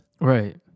Right